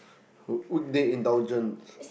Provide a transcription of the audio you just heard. would they indulgent